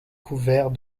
couvert